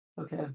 Okay